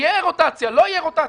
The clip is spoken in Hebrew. האם תהיה רוטציה או לא תהיה רוטציה.